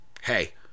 Hey